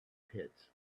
pits